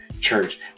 church